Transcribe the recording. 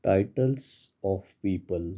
titles of people